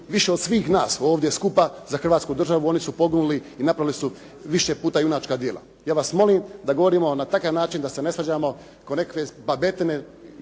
više od svih nas ovdje skupa za Hrvatsku državu. Oni su poginuli i napravili su više puta junačka djela. Ja vas molim da govorimo na takav način, da se ne svađamo ko nekakve babetine,